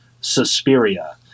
Suspiria